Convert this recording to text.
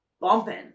bumping